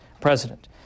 president